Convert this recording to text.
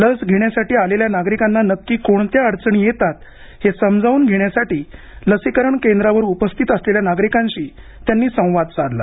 लस घेण्यासाठी आलेल्या नागरिकांना नक्की कोणत्या अडचणी येतात हे समजावून घेण्यासाठी लसीकरण केंद्रावर उपस्थित असलेल्या नागरिकांशी त्यांनी संवाद साधला